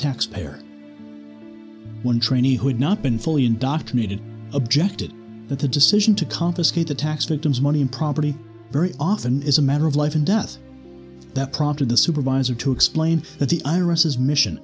taxpayer one trainee who had not been fully indoctrinated objected that the decision to confiscate the tax victim's money in property very often is a matter of life and death that prompted the supervisor to explain that the irises mission